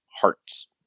Hearts